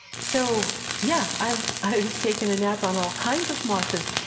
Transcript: so yeah, i've i've taken a nap on all kinds of mosses.